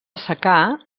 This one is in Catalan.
secà